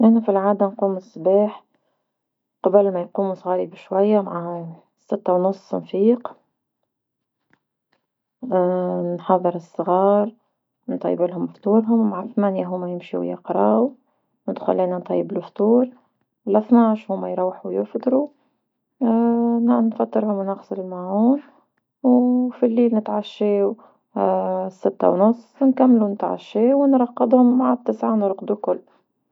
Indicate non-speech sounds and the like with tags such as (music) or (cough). انا في العادة نقوم الصباح قبل ما يقمو صغاري بشوية مع ستة ونص نفيق، (hesitation) نحضر صغار نطيبلهم فطورهم مع ثمانية هما يمشي يقراو ندخل انا نطيب لفطور لثناعش هما يرحون يفطرو (hesitation) نعاود نفطرهم ونغسل ماعون وفليل نتعشاو (hesitation) الستة ونص نكملو نتعشا ونرقدهم مع تسعة نرقدو كل.